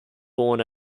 born